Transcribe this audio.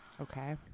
Okay